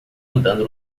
andando